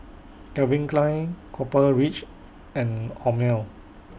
Calvin Klein Copper Ridge and Hormel